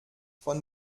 von